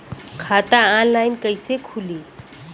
खाता ऑनलाइन कइसे खुली?